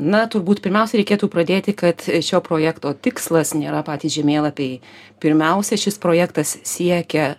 na turbūt pirmiausia reikėtų pradėti kad šio projekto tikslas nėra patys žemėlapiai pirmiausia šis projektas siekia